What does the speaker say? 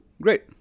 Great